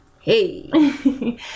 Hey